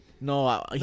No